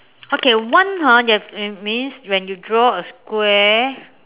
okay one hor you have means means when you draw a square